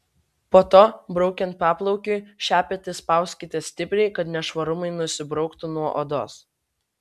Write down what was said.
po to braukiant paplaukiui šepetį spauskite stipriai kad nešvarumai nusibrauktų nuo odos